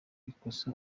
ikosa